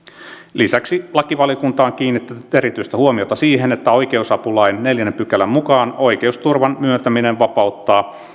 lisäksi lakivaliokunta on kiinnittänyt erityistä huomiota siihen että oikeusapulain neljännen pykälän mukaan oikeusavun myöntäminen vapauttaa